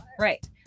Right